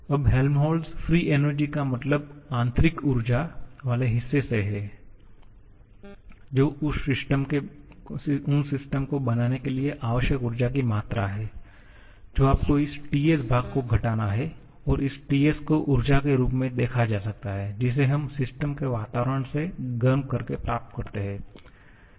अब Helmholtz free energy का मतलब आंतरिक ऊर्जा वाले हिस्से से है जो उस सिस्टम को बनाने के लिए आवश्यक ऊर्जा की मात्रा है जो आपको इस TS भाग को घटाना है और इस TS को ऊर्जा के रूप में देखा जा सकता है जिसे हम सिस्टम के वातावरण से गर्म करके प्राप्त करते हैं